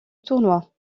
tournoi